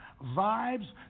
Vibes